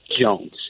Jones